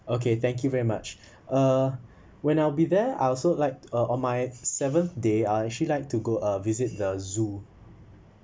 okay thank you very much uh when I'll be there I also like uh on my seventh day I'll actually like to go uh visit the zoo